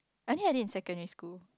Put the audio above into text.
I think I did in secondary school